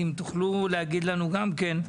אם תוכלו להגיד לנו גם כן: